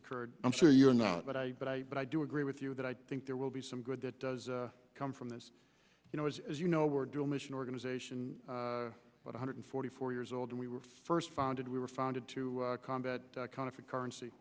occurred i'm sure you're not but i but i but i do agree with you that i think there will be some good that does come from this you know as as you know we're doing mission organization one hundred forty four years old we were first founded we were founded to combat kind of a currency